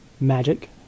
magic